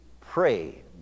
pray